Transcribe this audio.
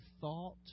thought